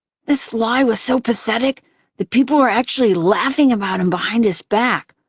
this lie was so pathetic that people were actually laughing about him behind his back.